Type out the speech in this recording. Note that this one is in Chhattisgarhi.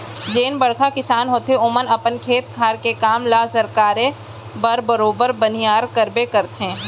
जेन बड़का किसान होथे ओमन अपन खेत खार के काम ल सरकाय बर बरोबर बनिहार करबे करथे